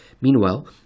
Meanwhile